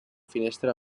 finestra